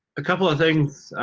a couple of things,